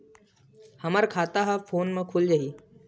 हमर खाता ह फोन मा खुल जाही?